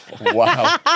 Wow